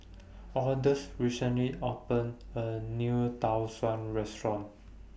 Odus recently opened A New Tau Suan Restaurant